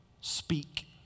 speak